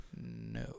No